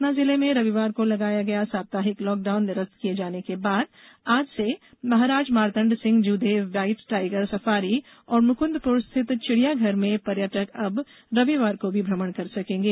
सतना जिले में रविवार को लगाया गया साप्ताहिक लाकडाउन निरस्त किये जाने के बाद आज से Maharaj Martand Singh Judev white tiger safari और मुकुंदपुर स्थित चिड़ियाघर में पर्यटक अब रविवार को भी भ्रमण कर सकेंगे